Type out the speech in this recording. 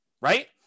right